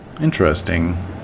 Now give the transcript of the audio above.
Interesting